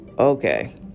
okay